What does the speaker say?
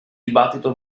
dibattito